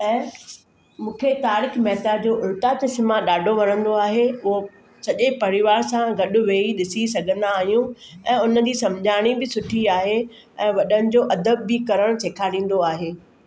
ऐं मूंखे तारिक मेहता जो उल्टा चश्मा ॾाढो वणंदो आहे उहो सॼे परिवार सां गॾु विही ॾिसी सघंदा आहियूं ऐं उन जी सम्झाणी बि सुठी आहे ऐं वॾनि जो अदब बि करणु सेखारींदो आहे